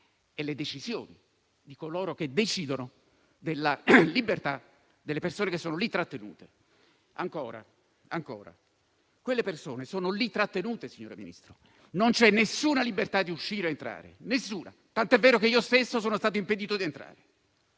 e le decisioni di coloro che decidono della libertà delle persone che sono lì trattenute. Quelle persone sono lì trattenute, signora Ministro: non c'è alcuna libertà di uscire ed entrare, nessuna. Tanto è vero che mi è stato impedito di entrare,